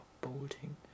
bolting